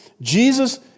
Jesus